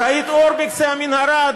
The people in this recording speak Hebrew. ראית אור בקצה המנהרה?